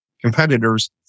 competitors